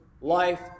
life